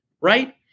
right